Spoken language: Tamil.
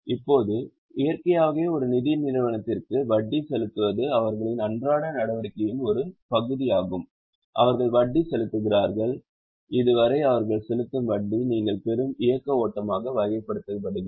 இப்போது இயற்கையாகவே ஒரு நிதி நிறுவனத்திற்கு வட்டி செலுத்துவது அவர்களின் அன்றாட நடவடிக்கையின் ஒரு பகுதியாகும் அவர்கள் வட்டி செலுத்துகிறார்கள் இதுவரை அவர்கள் செலுத்தும் வட்டி நீங்கள் பெறும் இயக்க ஓட்டமாக வகைப்படுத்தப்படுகிறது